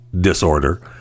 disorder